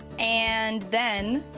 and then,